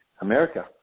America